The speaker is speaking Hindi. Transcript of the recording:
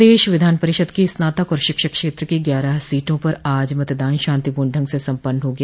प्रदेश विधान परिषद की स्नातक और शिक्षक क्षेत्र की ग्यारह सीटों पर आज मतदान शांतिपूर्ण ढंग से सम्पन्न हो गया